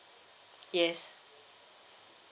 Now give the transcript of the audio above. yes